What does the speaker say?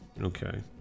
Okay